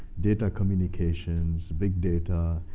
data communications, big data,